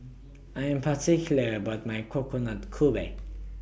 I Am particular about My Coconut Kuih